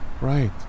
Right